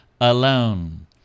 alone